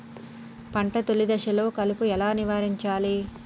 పంట తొలి దశలో కలుపు ఎలా నివారించాలి?